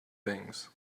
things